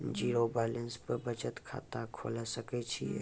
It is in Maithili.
जीरो बैलेंस पर बचत खाता खोले सकय छियै?